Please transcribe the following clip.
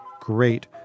great